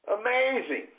amazing